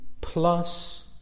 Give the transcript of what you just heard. plus